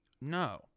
No